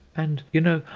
and, you know,